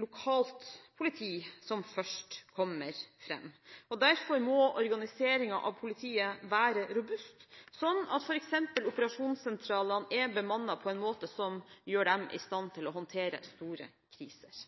lokalt politi som først kommer fram, og derfor må organiseringen av politiet være robust, sånn at f.eks. operasjonssentralene er bemannet på en måte som gjør dem i stand til å håndtere store kriser.